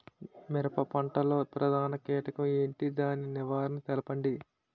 మిరప పంట లో ప్రధాన కీటకం ఏంటి? దాని నివారణ తెలపండి?